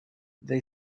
they